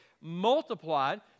multiplied